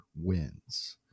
wins